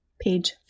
page